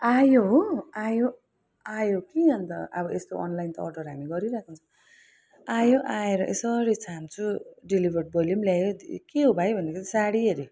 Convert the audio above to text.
आयो हो आयो आयो कि अन्त अब यस्तो अनलाइन त अडर हामी गरिराखिन्छ आयो आएर यसरी छाम्छु डेलिभरी बोइले पनि ल्यायो के हो भाइ भनेको च साडी अरे